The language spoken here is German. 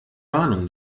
warnung